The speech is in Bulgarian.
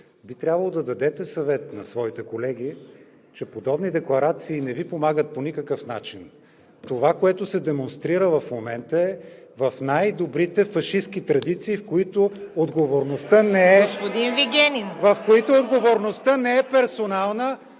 би трябвало да дадете съвет на своите колеги, че подобни декларации не Ви помагат по никакъв начин. Това, което се демонстрира в момента, е в най-добрите фашистки традиции, в които отговорността не е…